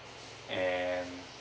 and